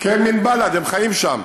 כי הם מן בלאד, הם חיים שם.